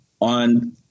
on